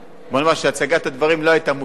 בוא ונאמר שהצגת הדברים לא היתה מושלמת,